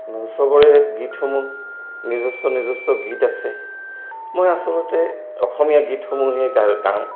গীতসমূহ নিজস্ব নিজস্ব গীত আছে মই আচলতে অসমীয়া গীতসমূহে গ গাওঁ